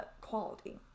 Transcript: quality